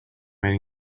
main